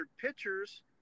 pitchers